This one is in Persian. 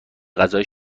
غذایی